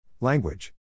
language